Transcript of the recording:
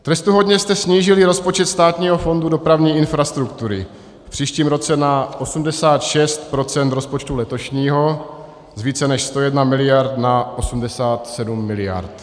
Trestuhodně jste snížili rozpočet Státního fondu dopravní infrastruktury v příštím roce na 86 % rozpočtu letošního, z více než 101 mld. na 87 mld.